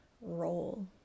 role